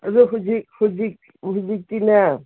ꯑꯗꯣ ꯍꯨꯖꯤꯛ ꯍꯨꯖꯤꯛ ꯍꯨꯖꯤꯛꯇꯤꯅꯦ